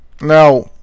Now